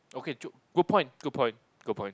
okay good point good point good point